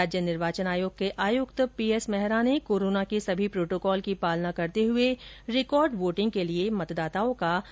राज्य निर्वाचन आयोग के आयुक्त पीएस मेहरा ने कोरोना के सभी प्रोटोकॉल की पालना करते हुए रिकॉर्ड वोटिंग के लिए मतदाताओं का आभार जताया